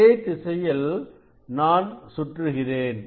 அதே திசையில் நான் சுற்றுகிறேன்